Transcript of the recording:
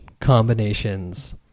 combinations